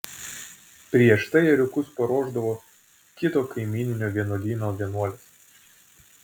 prieš tai ėriukus paruošdavo kito kaimyninio vienuolyno vienuolės